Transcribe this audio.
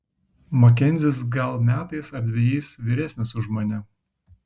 makenzis gal metais ar dvejais vyresnis už mane